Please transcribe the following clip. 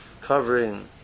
covering